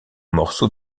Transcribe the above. morceaux